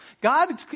God